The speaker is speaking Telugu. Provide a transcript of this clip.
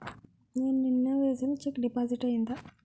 నేను నిన్న వేసిన చెక్ డిపాజిట్ అయిందా?